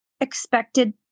expected